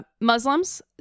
Muslims